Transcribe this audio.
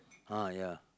ah ya